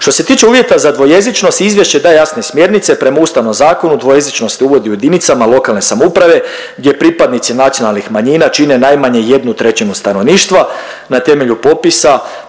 Što se tiče uvjeta za dvojezičnost, izvješće daje jasne smjernice, prema ustanovom zakonu, dvojezičnost se uvodi u jedinicama lokalne samouprave gdje pripadnici nacionalnih manjina čine najmanje 1/3 stanovništva na temelju popisa,